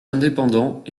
indépendants